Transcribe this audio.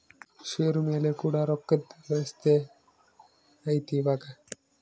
ಷೇರು ಮೇಲೆ ಕೂಡ ರೊಕ್ಕದ್ ವ್ಯವಸ್ತೆ ಐತಿ ಇವಾಗ